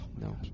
No